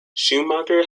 schumacher